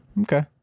Okay